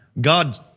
God